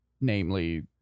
namely